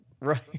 Right